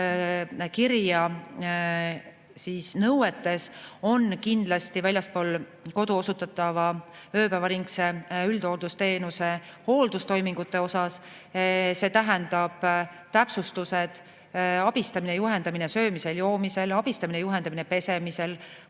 kirja, on kindlasti [seotud] väljaspool kodu osutatava ööpäevaringse üldhooldusteenuse hooldustoimingutega. See tähendab täpsustusi: abistamine-juhendamine söömisel-joomisel, abistamine-juhendamine pesemisel,